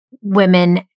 women